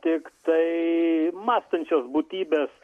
tik tai mąstančios būtybės